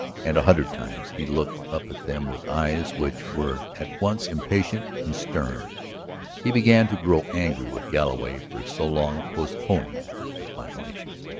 and a hundred times he looked up at them with eyes which were at once impatient and stern he began to grow angry with galloway for so long postponing the final issue.